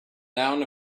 down